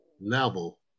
level